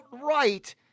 right